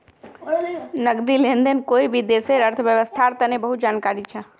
नकदी लेन देन कोई भी देशर अर्थव्यवस्थार तने बहुत जरूरी छ